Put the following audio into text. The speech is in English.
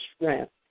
strength